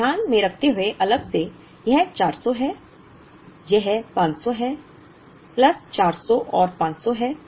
इसे ध्यान में रखते हुए अलग से यह 400 है यह 500 है प्लस 400 और 500 है